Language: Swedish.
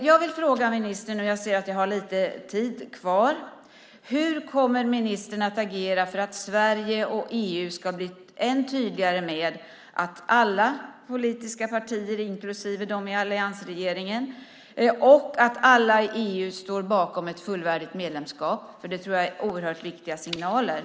Jag vill fråga ministern hur han kommer att agera för att Sverige och EU ska bli ännu tydligare med att alla politiska partier, inklusive dem i alliansregeringen, och alla i EU står bakom ett fullvärdigt medlemskap. Jag tror att det är oerhört viktiga signaler.